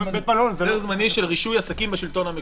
היתר זמני של רישוי עסקים בשלטון המקומי,